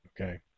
okay